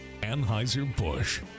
Anheuser-Busch